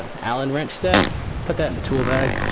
allen wrench set put that in the tool bag